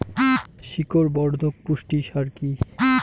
শিকড় বর্ধক পুষ্টি সার কি?